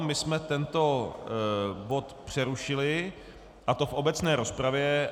My jsme tento bod přerušili, a to v obecné rozpravě.